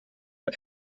are